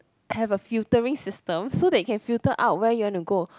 have a filtering system so that you can filter out where you want to go